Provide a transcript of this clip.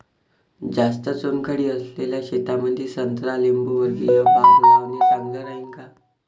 जास्त चुनखडी असलेल्या शेतामंदी संत्रा लिंबूवर्गीय बाग लावणे चांगलं राहिन का?